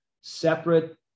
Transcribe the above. separate